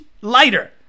Lighter